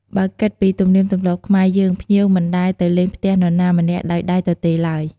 បើគិតពីទំនៀមទម្លាប់ខ្មែរយើង ភ្ញៀវមិនដែលទៅលេងផ្ទះនរណាម្នាក់ដោយដៃទទេឡើយ។